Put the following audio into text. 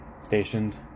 stationed